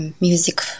music